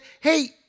hey